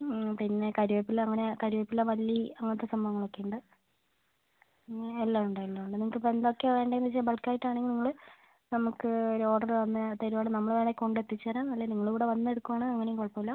മ് പിന്നെ കരിവേപ്പില അങ്ങനെ കരിവേപ്പില മല്ലി അങ്ങനത്തെ സംഭവങ്ങൾ ഒക്കെ ഉണ്ട് പിന്നെ എല്ലാം ഉണ്ട് എല്ലാം ഉണ്ട് നിങ്ങൾക്ക് ഇപ്പം എന്തൊക്കെയാണ് വേണ്ടതെന്ന് വെച്ചാൽ ബൾക്ക് ആയിട്ട് ആണെങ്കിൽ നിങ്ങൾ നമുക്ക് ഒരു ഒരു ഓർഡർ തന്നാൽ തരുവാണെങ്കിൽ നമ്മൾ വേണമെങ്കിൽ കൊണ്ട് എത്തിച്ച് തരാം അല്ലെങ്കിൽ നിങ്ങൾ ഇവിടെ വന്ന് എടുക്കുവാണെങ്കിൽ അങ്ങനെയും കുഴപ്പം ഇല്ല